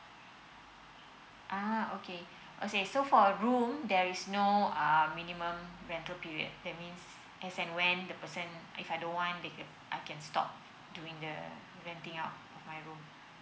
uh okay okay so for a room there's no um minimum rental period that means as in when the person if I don't want I can stop doing the renting out of my room